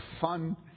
fun